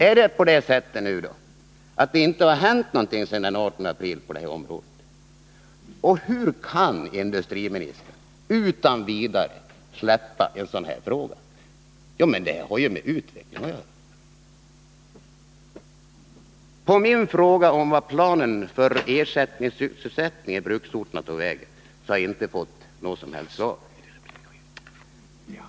Är det så att det inte hänt någonting på detta område sedan den 18 april? Och hur kan industriministern utan vidare släppa en sådan här fråga? Det har ju med utvecklingen att göra. På min fråga om vart planen för ersättningssysselsättning i bruksorterna tog vägen har jag inte fått något som helst svar.